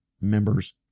members